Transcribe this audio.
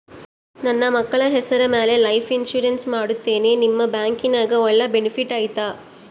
ನನ್ನ ಮಕ್ಕಳ ಹೆಸರ ಮ್ಯಾಲೆ ಲೈಫ್ ಇನ್ಸೂರೆನ್ಸ್ ಮಾಡತೇನಿ ನಿಮ್ಮ ಬ್ಯಾಂಕಿನ್ಯಾಗ ಒಳ್ಳೆ ಬೆನಿಫಿಟ್ ಐತಾ?